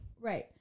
Right